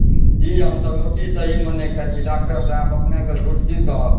जी हम तऽ रोटी सहीमे नहि खाइ छी डाक्टर साहेब अपनेके झूठ की कहब